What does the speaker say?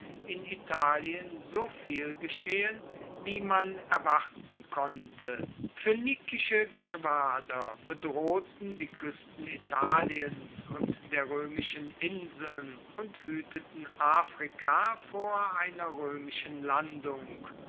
in italien so viel geschehen wie man erwarten konnte phoenikische geschwader bedrohten die kuesten italiens und der roemischen inseln und hueteten afrika vor einer roemischen landung